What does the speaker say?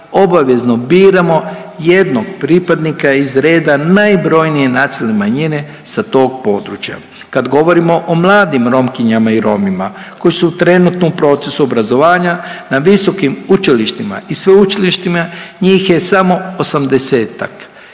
obavezno biramo jednog pripadnika iz reda najbrojnije nacionalne manjine sa tog područja. Kad govorimo o mladim Romkinjama i Romima koji su trenutno u procesu obrazovanja na visokim učilištima i sveučilištima, njih je samo 80-ak